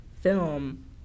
film